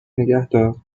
نگهدار